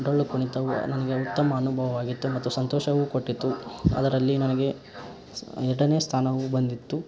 ಡೊಳ್ಳು ಕುಣಿತವು ನನಗೆ ಉತ್ತಮ ಅನುಭವವಾಗಿತ್ತು ಮತ್ತು ಸಂತೋಷವೂ ಕೊಟ್ಟಿತ್ತು ಅದರಲ್ಲಿ ನನಗೆ ಸ ಎರಡನೇ ಸ್ಥಾನವು ಬಂದಿತ್ತು